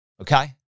Okay